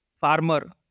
farmer